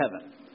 heaven